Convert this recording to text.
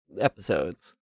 episodes